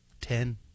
ten